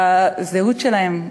בזהות שלהם,